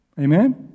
Amen